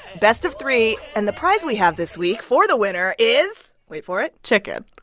best of three. and the prize we have this week for the winner is wait for it chicken